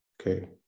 okay